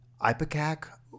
Ipecac